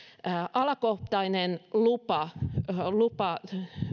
alakohtainen lupa lupa